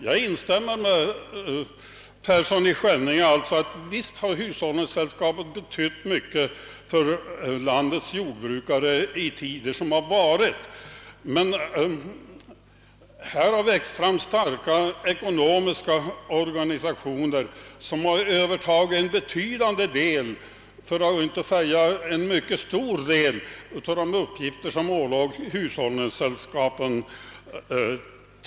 Jag instämmer med herr Perssons i Skänninge yttrande att hushållningssällskapen betytt mycket för landets jordbrukare under de tider som gått, men här har starka ekonomiska organisationer växt fram och dessa har övertagit en mycket stor del av de uppgifter som tidigare åvilat hushållningssällskapen.